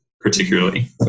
particularly